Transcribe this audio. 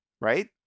right